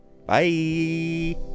Bye